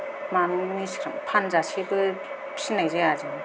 मानायनि सिगां फानजासेबो फिसिनाय जाया जों